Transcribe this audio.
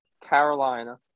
Carolina